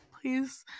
please